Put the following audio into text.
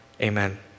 Amen